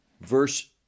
verse